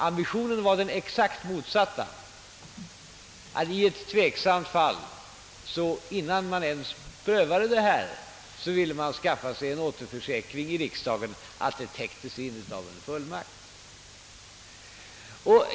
Ambitionen var den rakt motsatta; vi ville få riksdagens sanktion på att den redan lämnade fullmakten gav oss möjlighet att bedriva även denna försöksverksamhet.